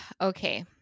okay